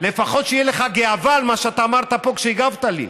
לפחות שתהיה לך גאווה על מה שאמרת פה כשהגבת לי.